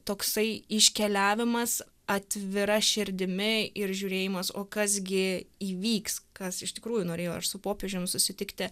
toksai iškeliavimas atvira širdimi ir žiūrėjimas o kas gi įvyks kas iš tikrųjų norėjo ar su popiežium susitikti